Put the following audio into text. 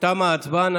תמה ההצבעה.